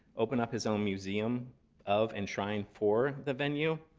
open up his own museum of and shrine for the venue?